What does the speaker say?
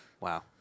Wow